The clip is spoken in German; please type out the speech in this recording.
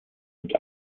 und